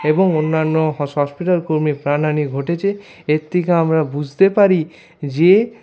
এবং অন্যান্য হসপিটাল কর্মীর প্রাণহানি ঘটেছে এর থেকে আমরা বুঝতে পারি যে